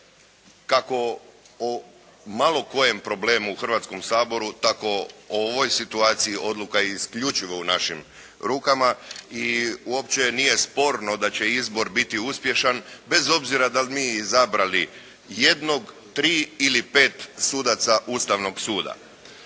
Kako o malo kojem problemu u Hrvatskom saboru tako o ovoj situaciji odluka je isključivo u našim rukama i uopće nije sporno da će izbor biti uspješan bez obzira da li mi izabrali jednog, tri ili pet sudaca Ustavnog suda.